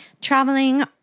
traveling